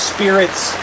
Spirit's